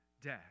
death